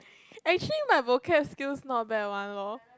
actually my vocab skills not bad one loh